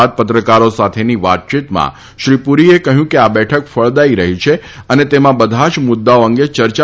બાદ પત્રકારો સાથેની વાતયીતમાં શ્રી પૂરીએ કહ્યું કે આ બેઠક ફળદાથી રફી છે અને તેમાં બધા જ મુદ્દાઓ અંગે ચર્ચા